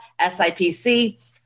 SIPC